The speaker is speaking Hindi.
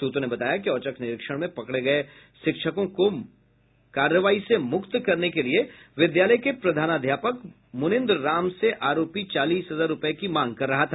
सूत्रों ने बताया कि औचक निरीक्षण में पकड़े गये शिक्षकों को कार्रवाई से मुक्त करने के लिए विद्यालय के प्रधानाध्यापक मुनिन्द्र राम से आरोपी चालीस हजार रुपए की मांग कर रहा था